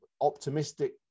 optimistic